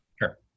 Sure